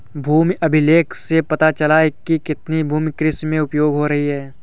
भूमि अभिलेख से पता चलता है कि कितनी भूमि कृषि में उपयोग हो रही है